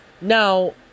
Now